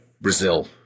Brazil